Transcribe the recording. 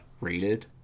rated